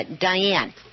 Diane